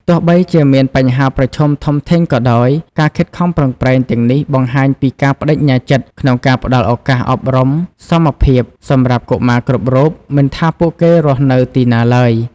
ទោះបីជាមានបញ្ហាប្រឈមធំធេងក៏ដោយ ការខិតខំប្រឹងប្រែងទាំងនេះបង្ហាញពីការប្តេជ្ញាចិត្តក្នុងការផ្តល់ឱកាសអប់រំសមភាពសម្រាប់កុមារគ្រប់រូប មិនថាពួកគេរស់នៅទីណាឡើយ។